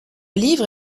livre